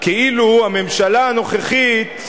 כאילו הממשלה הנוכחית,